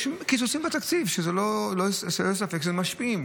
יש קיצוצים בתקציב והם ללא ספק משפיעים.